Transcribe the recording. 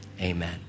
amen